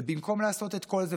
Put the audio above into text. במקום לעשות את כל זה,